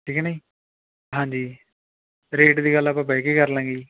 ਠੀਕ ਹੈ ਨਾ ਜੀ ਹਾਂਜੀ ਰੇਟ ਦੀ ਗੱਲ ਆਪਾਂ ਬਹਿ ਕੇ ਕਰ ਲਾਂਗੇ ਜੀ